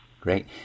Great